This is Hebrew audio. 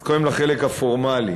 אז קודם לחלק הפורמלי,